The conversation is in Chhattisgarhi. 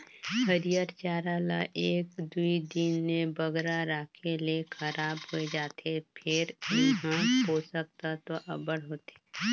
हयिर चारा ल एक दुई दिन ले बगरा राखे ले खराब होए जाथे फेर एम्हां पोसक तत्व अब्बड़ होथे